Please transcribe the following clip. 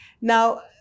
Now